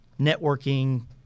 networking